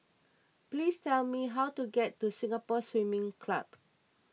please tell me how to get to Singapore Swimming Club